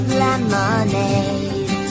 lemonade